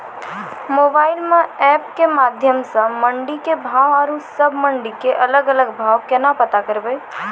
Mobile म app के माध्यम सऽ मंडी के भाव औरो सब मंडी के अलग अलग भाव केना पता करबै?